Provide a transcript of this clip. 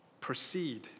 proceed